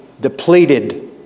depleted